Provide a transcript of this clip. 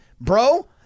Bro